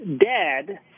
dead